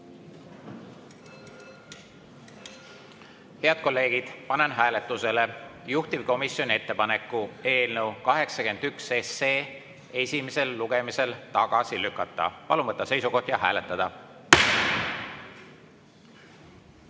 kolleegid, panen hääletusele juhtivkomisjoni ettepaneku eelnõu 81 esimesel lugemisel tagasi lükata. Palun võtta seisukoht ja hääletada!